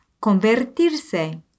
Convertirse